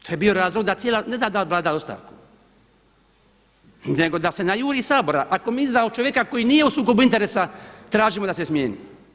To je bio razlog da cijela, ne da Vlada da ostavku nego da se najuri iz Sabora, ako mi za čovjeka koji nije u sukobu interesa tražimo da se smijeni.